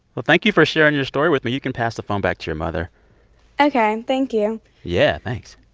well, thank you for sharing your story with me. you can pass the phone back to your mother ok. and thank you yeah. thanks.